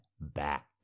back